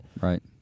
right